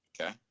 Okay